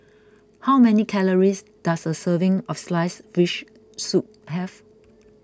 how many calories does a serving of Sliced Fish Soup have